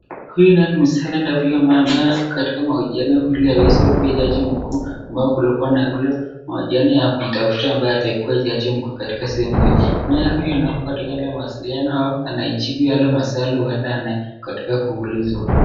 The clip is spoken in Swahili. Huyu naye ni msichana ambaye ako katika mahojiano ili aweze kuwa jaji mkuu katika sehemu hiyo naye huyu anawasiliana nao, anayajibu yale maswali huenda ana katika kuulizwa.